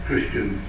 Christian